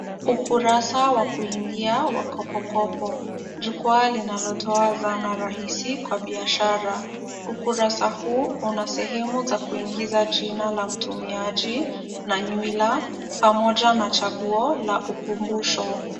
Ukurasa wa kuingia wa Kopo Kopo. Jukwaa linalotoa zana rahisi kwa biashara. Ukurasa huu una sehemu za kuingiza jina la mtumiaji na nywila pamoja na chaguo la ukumbusho.